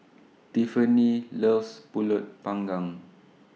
Tiffanie loves Pulut Panggang